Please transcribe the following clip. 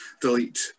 delete